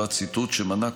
שמנעה,